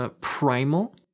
primal